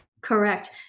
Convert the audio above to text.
correct